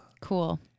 Cool